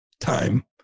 time